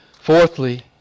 Fourthly